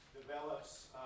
develops